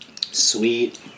sweet